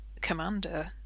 commander